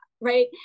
right